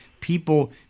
people